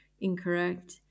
Incorrect